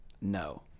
No